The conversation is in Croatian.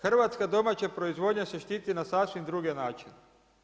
Hrvatska domaća proizvodnja se štiti na sasvim druge načine.